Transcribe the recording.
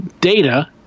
Data